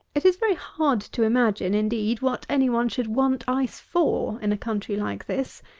it is very hard to imagine, indeed, what any one should want ice for, in a country like this,